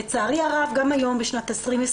לצערי הרב, גם היום, בשנת 2020,